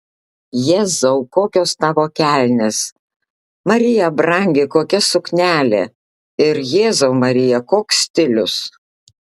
jėzau kokios tavo kelnės marija brangi kokia suknelė ir jėzau marija koks stilius